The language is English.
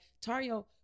Tario